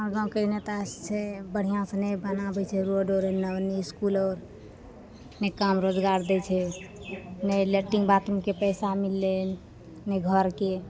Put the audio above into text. हमरा गाँवके नेता छै बढ़िआँसँ नइ बनाबय छै रोड एने ओनी इसकुल आओर ने काम रोजगार दै छै ने लेट्रिन बाथरूमके पैसा मिललै ने घरके